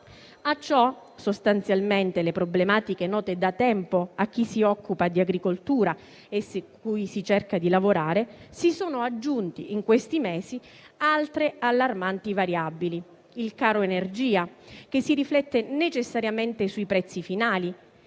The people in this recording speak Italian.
sostanzialmente note da tempo a chi si occupa di agricoltura, su cui si cerca di lavorare, si sono aggiunte in questi mesi altre allarmanti variabili. Ad esempio il caro energia, che si riflette necessariamente sui prezzi finali